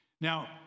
Now